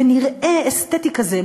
ונראה אסתטי כזה,